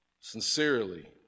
sincerely